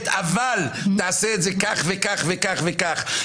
חברים, לי אכפת